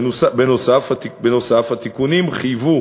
בנוסף, התיקונים חייבו